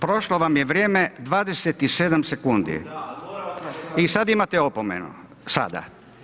Prošlo vam je vrijeme, 27 sekundi i sada imate opomenu, sada.